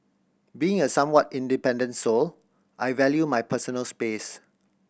being a somewhat independent soul I value my personal space